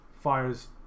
fires